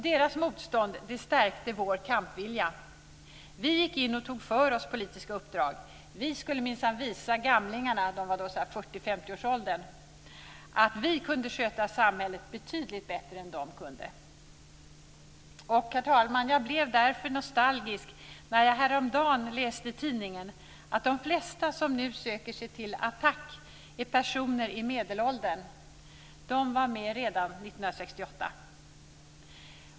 Deras motstånd stärkte vår kampvilja. Vi gick in och tog för oss politiska uppdrag. Vi skulle minsann visa gamlingarna - de var då i 40-50 årsåldern - att vi kunde sköta samhället betydligt bättre än de kunde. Jag blev därför nostalgisk, herr talman, när jag härom dagen läste i tidningen att de flesta som nu söker sig till ATTAC är personer i medelåldern. De var med redan 1968.